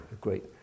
great